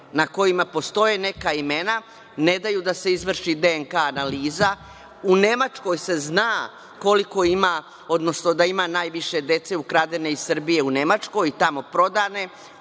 na kojima postoje neka imena. Ne daju da se izvrši DNK analiza. U Nemačkoj se zna koliko ima, odnosno da ima najviše dece ukradene iz Srbije u Nemačkoj i tamo prodane.